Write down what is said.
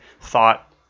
thought